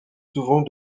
souvent